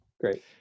Great